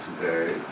today